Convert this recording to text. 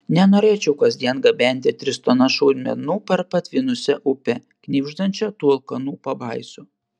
nenorėčiau kasdien gabenti tris tonas šaudmenų per patvinusią upę knibždančią tų alkanų pabaisų